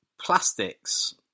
plastics